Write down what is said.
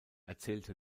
erzählte